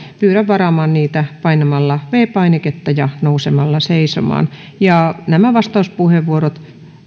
pyydän varaamaan niitä painamalla viides painiketta ja nousemalla seisomaan nämä vastauspuheenvuorot